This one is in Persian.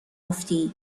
افتی